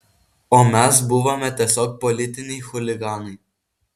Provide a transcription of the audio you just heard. o mes buvome tiesiog politiniai chuliganai